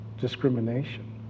discrimination